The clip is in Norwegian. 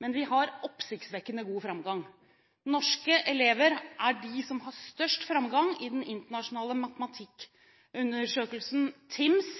Men vi har oppsiktsvekkende god framgang. Norske elever er de som har størst framgang i den internasjonale matematikkundersøkelsen TIMMS.